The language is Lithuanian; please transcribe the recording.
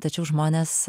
tačiau žmonės